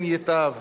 כן ייטב